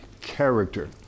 character